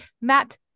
Matt